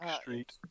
Street